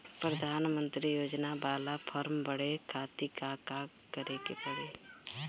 प्रधानमंत्री योजना बाला फर्म बड़े खाति का का करे के पड़ी?